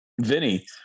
Vinny